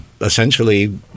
essentially